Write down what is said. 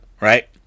right